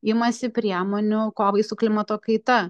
imasi priemonių kovai su klimato kaita